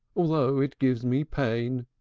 although it gives me pain.